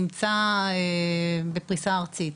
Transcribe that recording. וזה נמצא בפריסה ארצית.